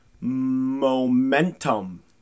momentum